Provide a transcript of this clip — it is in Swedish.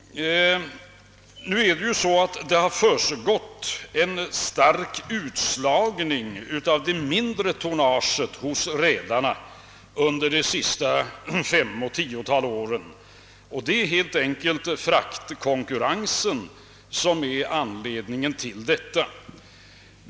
Nu har det försiggått en stark utslagning av det mindre tonnaget hos redarna under de senaste 5—10 åren. Det är helt enkelt fraktkonkurrensen som är anledningen till detta.